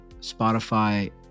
Spotify